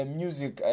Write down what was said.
music